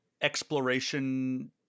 exploration